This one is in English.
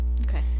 okay